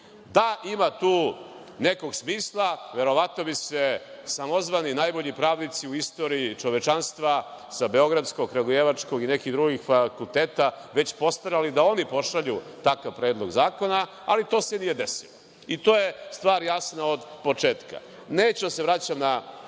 Da ima tu nekog smisla verovatno bi se samozvani, najbolji pravnici u istoriji čovečanstva sa Beogradskog, Kragujevačkog i nekih drugih fakulteta već postarali da oni pošalju takav predlog zakona, ali to se nije desilo, i to je stvar jasna od početka. Neću da se vraćam na